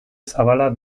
zabala